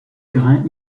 grain